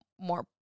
more